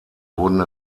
wurden